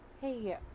Hey